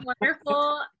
Wonderful